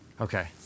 Okay